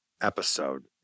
episode